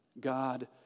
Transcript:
God